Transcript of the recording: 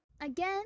Again